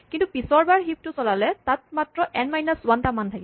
কিন্তু পিচৰবাৰ হিপ টো চলালে তাত মাত্ৰ এন মাইনাছ ৱান টা মান থাকিব